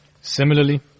Similarly